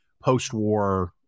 post-war